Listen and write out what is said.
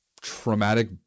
traumatic